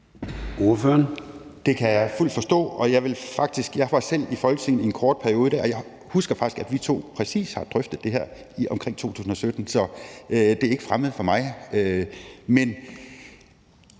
Det kan jeg fuldt ud forstå. Jeg var selv i Folketinget i en kort periode der, og jeg husker faktisk, at vi to præcis har drøftet det her omkring 2017, så det er ikke fremmed for mig.